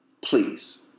Please